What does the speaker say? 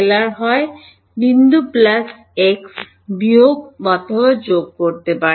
হয় বিন্দু plus x বা বিয়োগ x সেখানে করতে পারেন